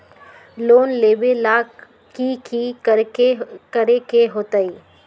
Loan लेबे ला की कि करे के होतई?